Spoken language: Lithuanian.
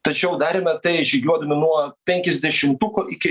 tačiau darėme tai žygiuodami nuo penkiasdešimtuko iki